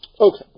Okay